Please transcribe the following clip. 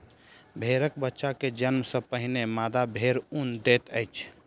भेड़क बच्चा के जन्म सॅ पहिने मादा भेड़ ऊन दैत अछि